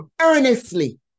earnestly